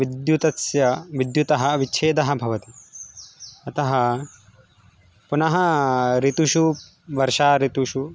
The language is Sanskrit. विद्युतः विद्युतः विच्छेदः भवति अतः पुनः ऋतुषु वर्षा ऋतुषु